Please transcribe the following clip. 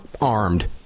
armed